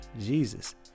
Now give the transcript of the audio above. Jesus